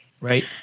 Right